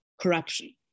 corruption